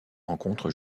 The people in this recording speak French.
rencontre